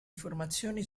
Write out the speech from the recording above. informazioni